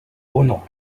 uno